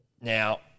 Now